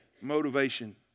Motivation